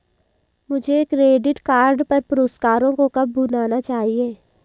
मुझे credit card पर पुरस्कारों को कब भुनाना चाहिए?